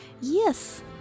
Yes